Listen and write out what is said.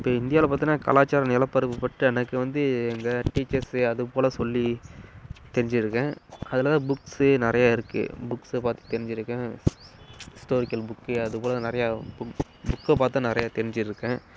இப்ப இந்தியாவில் பார்த்தனா கலாச்சார நிலப்பரப்பு பற்றி எனக்கு வந்து எங்கள் டீச்சர்ஸு அது போல சொல்லி தெரிஞ்சு இருக்கேன் அதில்தான் புக்ஸு நிறைய இருக்குது புக்ஸை பார்த்து தெரிஞ்சுருக்கேன் ஹிஸ்டோரிக்கல் புக்கு அது போல நிறைய புக் புக்கை பார்த்துதான் நிறைய தெரிஞ்சுருக்கேன்